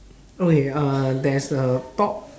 okay uh there's a thought